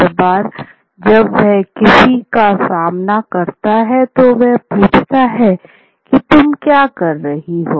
हर बार जब वह किसी का सामना करता है तो वह पूछता है की "तुम क्या कर रहे हो"